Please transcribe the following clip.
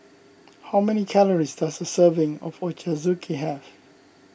how many calories does a serving of Ochazuke have